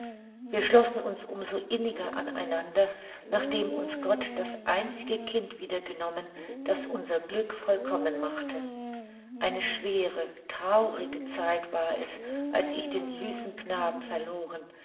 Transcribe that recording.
wir schlossen uns um so inniger an einander nachdem uns gott das einzige kind wieder genommen das unser glück vollkommen machte eine schwere traurige zeit war es als ich den süßen knaben verloren